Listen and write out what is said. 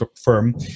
firm